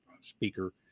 speaker